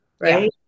Right